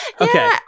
okay